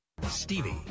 Stevie